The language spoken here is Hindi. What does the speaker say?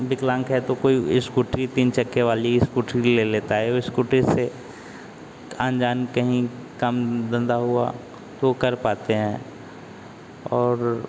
विकलांग है तो कोई इस्कूटी तीन चक्के वाली इस्कूटी ले लेता है वो इस्कूटी से आन जान कहीं काम धंधा हुआ तो कर पाते है और